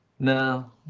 no